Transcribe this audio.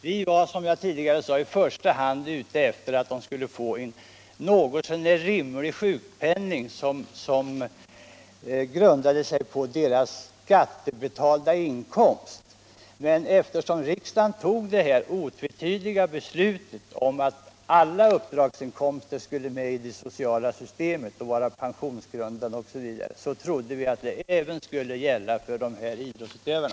Vi var, som jag nämnde tidigare, i första hand ute efter att idrottsutövarna skulle få en något så när rimlig sjukpenning som grundade sig på deras beskattade inkomst, men eftersom riksdagen tog det här otvetydiga beslutet om att alla uppdragsinkomster skulle med i det sociala systemet och vara pensionsgrundande m.m., trodde vi att det även skulle gälla för de här idrottsutövarna.